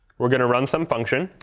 we're going to run some function.